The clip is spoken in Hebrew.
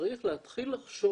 צריך להתחיל לחשוב,